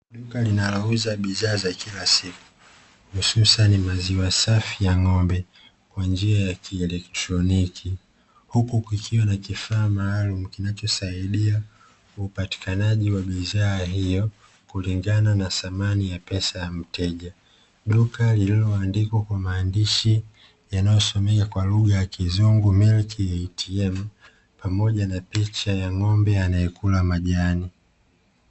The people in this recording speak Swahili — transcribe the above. Duka linalouliza bidhaa za kila siku, hususani maziwa safi ya ng'ombe kwa njia ya kielektroniki, huku kukiwa na kifaa maalumu kinachosaidia upatikanaji wa biashara hiyo kulingana na thamani ya pesa ya mteja. Duka lililoandikwa kwa maandishi yanayosomea kwa lugha ya kizungu "Milk ATM" pamoja na picha ya ng'ombe anayekula majani.